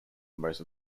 most